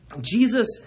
Jesus